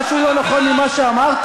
אדוני היושב-ראש, משהו לא נכון ממה שאמרתי?